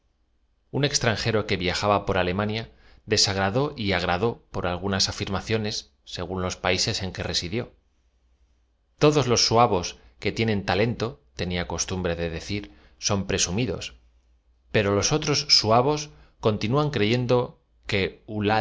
un extranjero que viajab a por alem ania desagradó y agradó por alguoas afirmaciones segcin los paises en que residió todos los suavos que tienen talento tenia costumbre de decir son presumidos p ero los otros suaves continúan crejen d o que